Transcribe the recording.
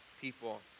people